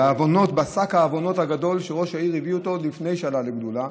בשק העוונות הגדול שראש העיר הביא איתו לפני שעלה לגדולה,